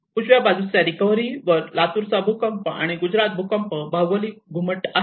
उजव्या बाजूच्या रिकव्हरी वर लातूरचा भूकंप आणि गुजरात भूकंप भूगोलिक घुमट आहे